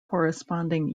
corresponding